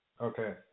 Okay